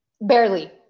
barely